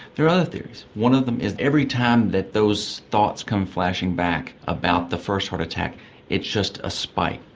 there are other theories. one of them is every time that those thoughts come flashing back about the first heart attack it's just a spike,